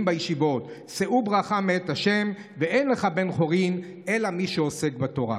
בישיבות: שאו ברכה מאת ה' ואין לך בן חורין אלא מי שעוסק בתורה.